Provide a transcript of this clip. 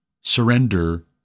surrender